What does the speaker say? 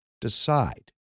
decide